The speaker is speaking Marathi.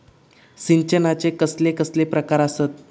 सिंचनाचे कसले कसले प्रकार आसत?